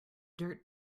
dirt